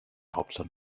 hauptstadt